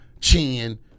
Chin